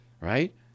Right